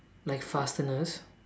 like fasteners